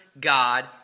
God